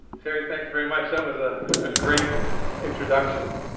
terri, thanks very much. that was ah a great introduction.